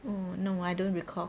oh no know I don't recall